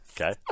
Okay